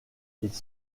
ils